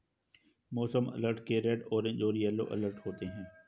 मौसम अलर्ट के red orange और येलो अलर्ट होते हैं